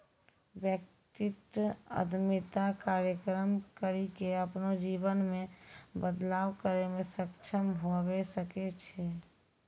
व्यक्ति उद्यमिता कार्यक्रम करी के अपनो जीवन मे बदलाव करै मे सक्षम हवै सकै छै